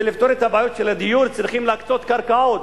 שכדי לפתור את הבעיות של הדיור צריכים להקצות קרקעות.